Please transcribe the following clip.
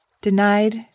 Denied